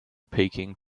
peaking